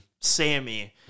Sammy